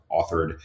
authored